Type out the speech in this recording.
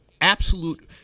absolute